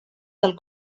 del